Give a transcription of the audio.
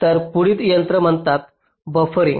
तर पुढील तंत्र म्हणतात बफरिंग